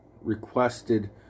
requested